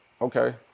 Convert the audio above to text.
okay